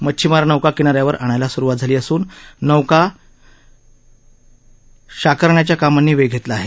मच्छिमार नौका किनाऱ्यावर आणायला स्रुवात झाली असून नौका शाकारण्याच्या कामांनी वेग घेतला आहे